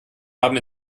haben